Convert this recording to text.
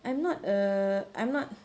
I'm not a I'm not